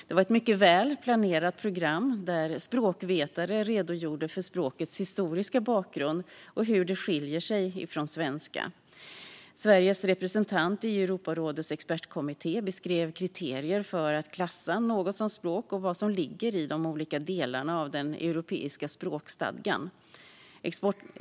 Det var ett mycket väl planerat program där språkvetare redogjorde för språkets historiska bakgrund och hur det skiljer sig från svenska. Sveriges representant i Europarådets expertkommitté beskrev kriterierna för att klassa något som språk och vad som ligger i de olika delarna av den europeiska språkstadgan.